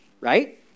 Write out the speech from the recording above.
right